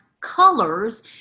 colors